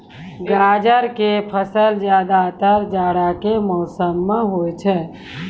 गाजर के फसल ज्यादातर जाड़ा के मौसम मॅ होय छै